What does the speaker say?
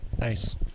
nice